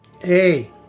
Hey